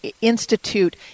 institute